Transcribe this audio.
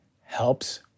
helps